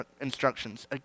instructions